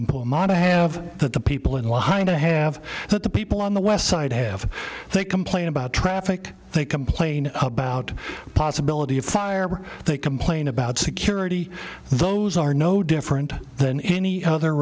i'm on to have that the people in line to have that the people on the west side have they complain about traffic they complain about possibility of fire they complain about security those are no different than any other